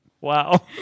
Wow